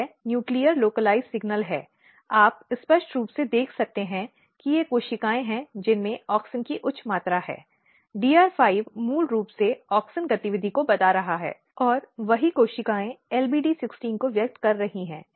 यह न्यूक्लिअ स्थानीयकृत संकेत है आप स्पष्ट रूप से देख सकते हैं कि ये कोशिकाएं हैं जिनमें ऑक्सिन की उच्च मात्रा है DR5 मूल रूप से ऑक्सिन गतिविधि को बता रहा है और वही कोशिकाएं LBD16 को व्यक्त कर रही हैं